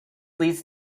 leads